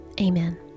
Amen